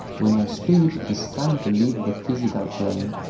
when your spirit is trying to leave the physical plane,